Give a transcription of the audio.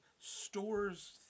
stores